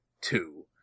two